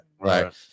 Right